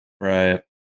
Right